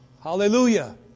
hallelujah